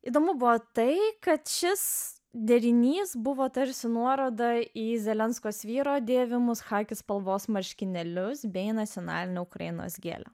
įdomu buvo tai kad šis derinys buvo tarsi nuoroda į zelenkos vyro dėvimus chaki spalvos marškinėlius bei nacionalinę ukrainos gėlę